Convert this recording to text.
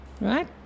Right